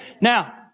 Now